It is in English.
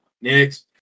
Next